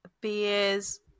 beers